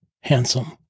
handsome